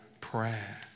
prayer